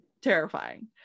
terrifying